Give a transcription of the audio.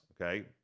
Okay